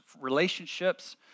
relationships